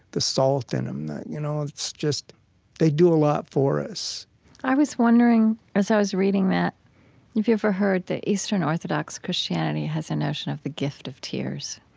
the salt in um them, you know it's just they do a lot for us i was wondering, as i was reading that, have you ever heard that eastern orthodox christianity has a notion of the gift of tears?